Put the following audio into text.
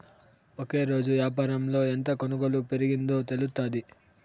ఒకరోజు యాపారంలో ఎంత కొనుగోలు పెరిగిందో తెలుత్తాది